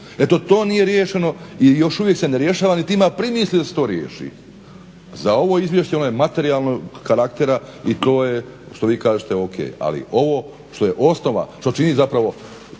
Eto to nije riješeno i još uvijek se ne rješava niti ima primisli da se to riješi. Za ovo izvješće, ono je materijalnog karaktera i to je što vi kažete ok, ali ovo što je osnova, što čini zapravo,